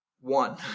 One